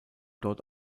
dort